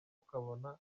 ukabona